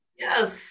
yes